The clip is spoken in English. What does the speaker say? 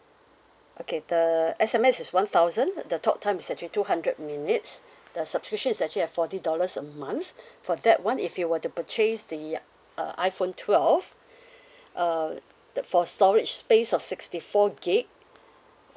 okay the S_M_S is one thousand and the talk time is actually two hundred minutes the subscription is actually at forty dollars a month for that one if you were to purchase the uh uh iphone twelve uh the for storage space of sixty four gig